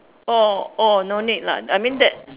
oh oh no need lah I mean that